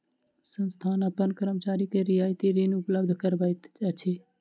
संस्थान अपन कर्मचारी के रियायती ऋण उपलब्ध करबैत अछि